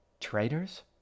Traitors